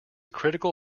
critical